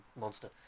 monster